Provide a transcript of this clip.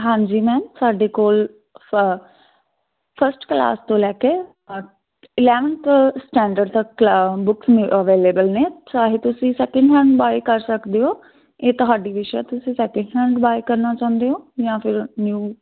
ਹਾਂਜੀ ਮੈਮ ਸਾਡੇ ਕੋਲ ਫ ਫਸਟ ਕਲਾਸ ਤੋਂ ਲੈ ਕੇ ਅੱਠ ਇਲੈਵੰਥ ਸਟੈਂਡਰਡ ਤੱਕ ਬੁੱਕਸ ਮਿਲ ਅਵੇਲੇਬਲ ਨੇ ਚਾਹੇ ਤੁਸੀ ਸੈਕਿੰਡ ਹੈਂਡ ਬਾਏ ਕਰ ਸਕਦੇ ਹੋ ਇਹ ਤੁਹਾਡੀ ਵਿਸ਼ ਹੈ ਤੁਸੀਂ ਸੈਕਿੰਡ ਹੈਂਡ ਬਾਏ ਕਰਨਾ ਚਾਹੁੰਦੇ ਹੋ ਜਾਂ ਫਿਰ ਨਿਊ